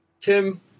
Tim